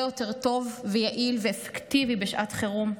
יותר טוב ויעיל ואפקטיבי בשעת חירום.